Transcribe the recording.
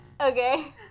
Okay